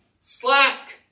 slack